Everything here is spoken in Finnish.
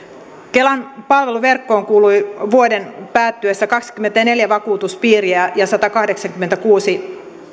kelan palveluverkkoon kuului vuoden päättyessä kaksikymmentäneljä vakuutuspiiriä ja satakahdeksankymmentäkuusi